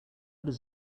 does